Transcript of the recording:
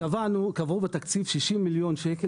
קבעו בתקציב 60 מיליון ₪,